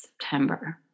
September